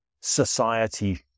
society